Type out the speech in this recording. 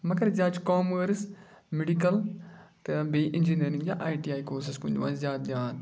مگر زیادٕ چھِ کامٲرٕس میڈِکَل تہٕ بیٚیہِ اِنجیٖنٔرِنٛگ یا آی ٹی آی کورسٕز کُن دِوان زیادٕ دھیان